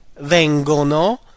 vengono